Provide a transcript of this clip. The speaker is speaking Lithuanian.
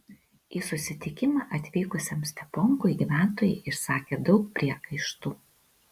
į susitikimą atvykusiam steponkui gyventojai išsakė daug priekaištų